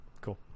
Cool